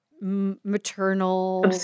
maternal